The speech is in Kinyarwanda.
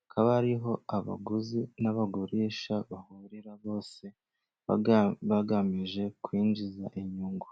Hakaba ari ho abaguzi n'abagurisha bahurira bose bagamije kwinjiza inyungu.